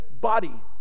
body